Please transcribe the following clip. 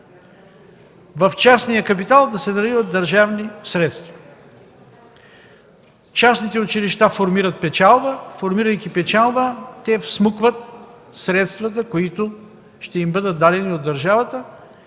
в частния капитал да се наливат държавни средства. Частните училища формират печалба, формирайки печалба те всмукват средствата, които ще им бъдат дадени от държавата,